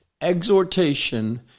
exhortation